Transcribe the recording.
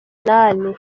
inani